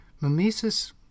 Mimesis